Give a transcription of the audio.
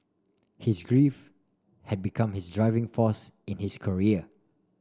his grief had become his driving force in his career